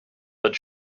but